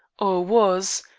or was,